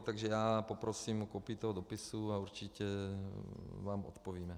Takže já poprosím o kopii toho dopisu a určitě vám odpovíme.